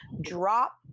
drop